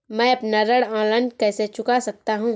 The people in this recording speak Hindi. मैं अपना ऋण ऑनलाइन कैसे चुका सकता हूँ?